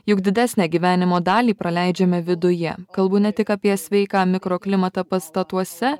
juk didesnę gyvenimo dalį praleidžiame viduje kalbu ne tik apie sveiką mikroklimatą pastatuose